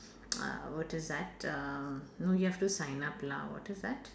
uh what is that um no you have to sign up lah what is that